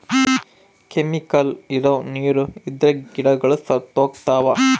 chemical ಇರೋ ನೀರ್ ಇದ್ರೆ ಗಿಡಗಳು ಸತ್ತೋಗ್ತವ